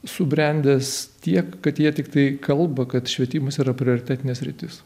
subrendęs tiek kad jie tiktai kalba kad švietimas yra prioritetinė sritis